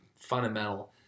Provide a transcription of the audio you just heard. fundamental